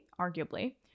arguably